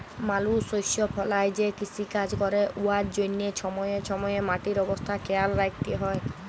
মালুস শস্য ফলাঁয় যে কিষিকাজ ক্যরে উয়ার জ্যনহে ছময়ে ছময়ে মাটির অবস্থা খেয়াল রাইখতে হ্যয়